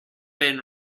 been